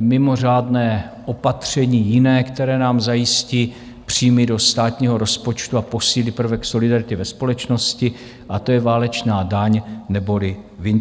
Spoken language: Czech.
mimořádné opatření jiné, které nám zajistí příjmy do státního rozpočtu a posílí prvek solidarity ve společnosti, a to je válečná daň neboli windfall tax.